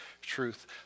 truth